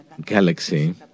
galaxy